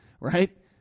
right